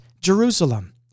Jerusalem